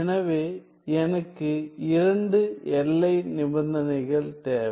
எனவே எனக்கு இரண்டு எல்லை நிபந்தனைகள் தேவை